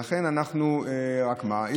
רק מה,